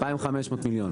2,500 מיליון.